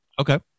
Okay